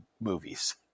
movies